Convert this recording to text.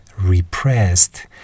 repressed